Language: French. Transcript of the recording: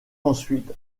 ensuite